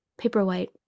Paperwhite